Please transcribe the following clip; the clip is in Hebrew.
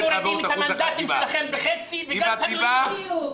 גם אתם מורידים את המנדטים שלכם בחצי וגם את המימון.